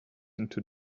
into